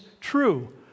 true